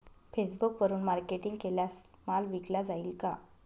फेसबुकवरुन मार्केटिंग केल्यास माल विकला जाईल का?